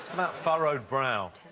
that furrowed brow.